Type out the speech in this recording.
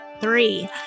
three